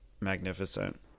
magnificent